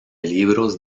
libros